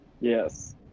Yes